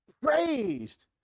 Praised